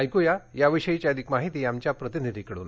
ऐक्या याविषयाची अधिक माहिती आमच्या प्रतिनिधीकडून